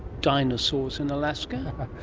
dinosaurs in alaska?